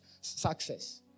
success